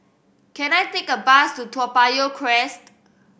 can I take a bus to Toa Payoh Crest